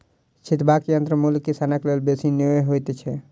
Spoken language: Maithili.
छिटबाक यंत्रक मूल्य किसानक लेल बेसी नै होइत छै